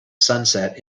sunset